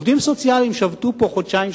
העובדים הסוציאליים שבתו פה חודשיים,